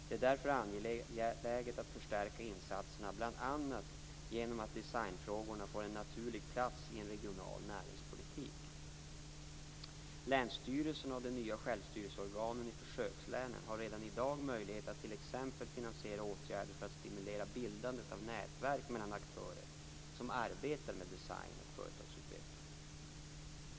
Det är därför angeläget att förstärka insatserna bl.a. genom att designfrågorna får en naturlig plats i en regional näringspolitik. Länsstyrelserna och de nya självstyrelseorganen i försökslänen har redan i dag möjlighet att t.ex. finansiera åtgärder för att stimulera bildande av nätverk mellan aktörer som arbetar med design och företagsutveckling.